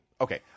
okay